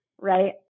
right